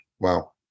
Wow